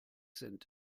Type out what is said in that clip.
sind